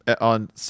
on